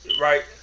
right